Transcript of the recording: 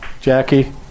Jackie